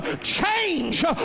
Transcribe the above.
Change